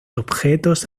objetos